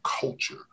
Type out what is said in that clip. culture